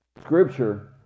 scripture